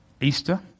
Easter